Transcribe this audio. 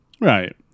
Right